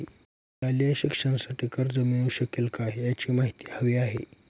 शालेय शिक्षणासाठी कर्ज मिळू शकेल काय? याची माहिती हवी आहे